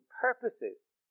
purposes